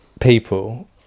people